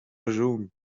raschun